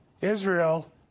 Israel